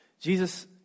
Jesus